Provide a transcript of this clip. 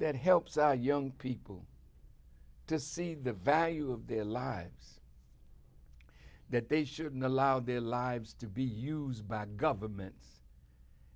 that helps our young people to see the value of their lives that they shouldn't allow their lives to be used by governments